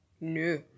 No